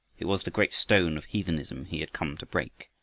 it was the great stone of heathenism he had come to break,